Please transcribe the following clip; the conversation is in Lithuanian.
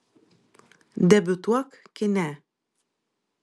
debiutuok kine